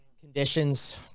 Conditions